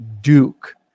Duke